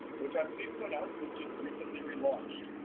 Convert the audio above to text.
which i'm pleased to announce was just recently re-launched.